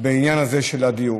בעניין הזה של הדיור.